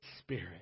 spirit